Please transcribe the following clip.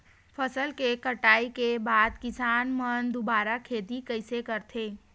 फसल के कटाई के बाद किसान मन दुबारा खेती कइसे करथे?